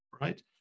right